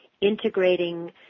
integrating